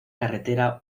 carretera